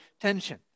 tension